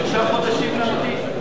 שלושה חודשים להמתין?